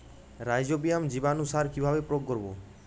Rhizobium জীবানুসার কিভাবে প্রয়োগ করব?